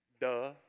duh